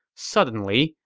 suddenly,